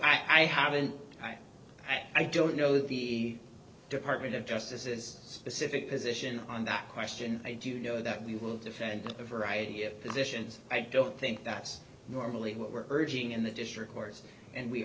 i haven't i don't know the department of justice is specific position on that question i do know that we will defend a variety of positions i don't think that's normally what we're urging in the district court and we